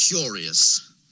curious